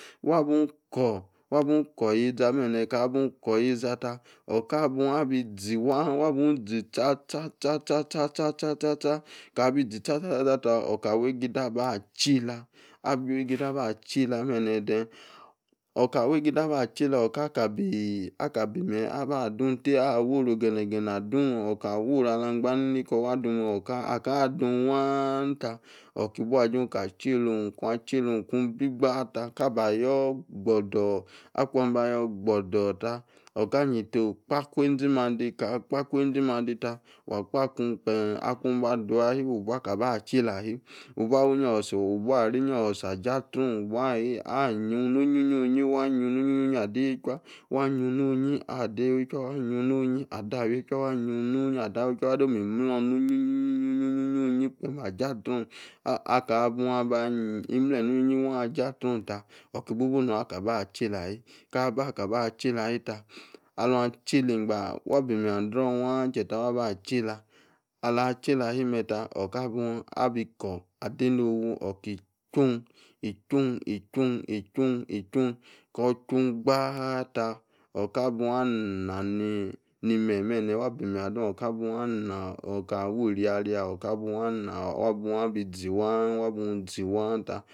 Wa bun ko̱ wa bun ko̱ yeza be̱ne̱, wa bun ko yeza be̱ne̱, wa bun ko yeza ta oka bun abi zi waa, wa bun zi chachacha. Kabi zi chachacha ta. Oka wey egede aba chi yela abi egede abachi yela bene then okaa wii egede aba che yela oka bi, aka bi menyi aba dun awo oru o̱ge̱ne̱ adun, awa oru ala gba niki owa dun me oki bu ajun ta chela omu ku achi yela omu ku bi gba ta, ka ba go̱ gbo̱do̱r. Kun aba yo̱ gbo̱ do̱ta o̱ka yeta okgba kwezi mande. Aka gba ikwezi mande ta wa kpa ikun gbem. Kunadowu ahii wu ba aka ba chi yela, wu bu awa inyi o̱so̱so̱ ta ja aha ong, ayu ni onyi onyi onyi. Wa yun ni oyin onyi ade yechwa wa yun onyi ade awi yechwa. Wa dom mle ni onyii onyi gbem ayi ata ong, aka bun anyi ni onyi aji atra ong ta iki bu nun akaba athi yela ahi. Ka ba ka ba chi yela ahi ta, alun chi yela engba wa bi menyi adrun wa chie ta wa bu achi yela. Ali uba achi yela ahi meta, aka bun abi ko̱ ade nowu. Oki chun chun chun ko̱ chun gbaa ta, oka bun aba na ni ni menyi be̱ne̱. Wabi menyi adun aba na oka wi iriaria, ka bu ana bun abi zi waa bi zi waa ta.